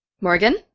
Morgan